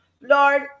lord